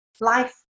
life